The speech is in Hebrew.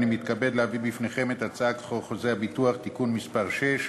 אני מתכבד להביא בפניכם את הצעת חוק חוזה הביטוח (תיקון מס' 6),